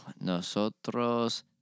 nosotros